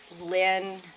Lynn